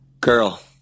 girl